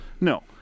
No